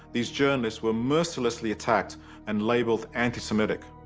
these journalists were mercilessly attacked and labeled anti-semitic.